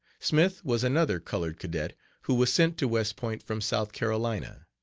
smith was another colored cadet who was sent to west point from south carolina.